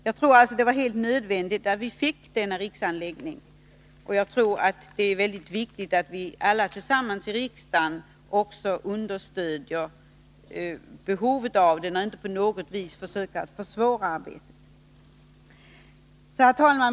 Jag tror alltså att det var helt nödvändigt att vi fick denna riksanläggning, och jag tror att det är mycket viktigt att vi alla tillsammans i riksdagen nu understryker behovet av den och inte på något vis försöker försvåra arbetet. Herr talman!